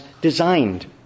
designed